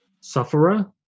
sufferer